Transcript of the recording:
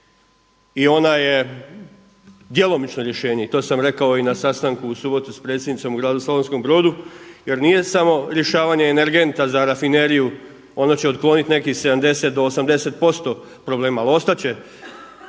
i ona je djelomično rješenje i to sam rekao i na sastanku u subotu s predsjednicom u gradu Slavonskom Brodu jer nije samo rješavanje energenta za rafineriju. Ono će otkloniti nekih 70 do 80% problema, ali ostat